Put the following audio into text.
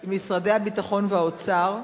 עם משרדי הביטחון והאוצר,